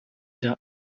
der